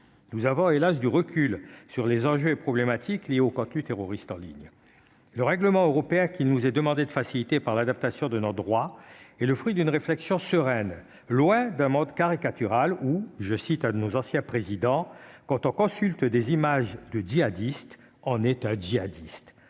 nous avons hélas du recul sur les enjeux et problématiques liées au contenu terroristes en ligne le règlement européen qui nous est demandé de facilité par l'adaptation de notre droit est le fruit d'une réflexion sereine, loin d'un mode caricatural ou je cite un de nos anciens présidents quand on consulte des images de jihadistes en état djihadistes